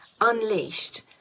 unleashed